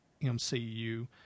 MCU